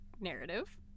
narrative